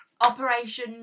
Operation